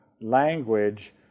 language